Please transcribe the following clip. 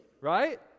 right